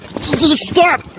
Stop